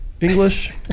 English